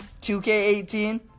2K18